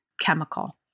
chemical